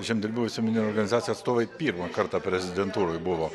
žemdirbių visuomeninių organizacijų atstovai pirmą kartą prezidentūroj buvo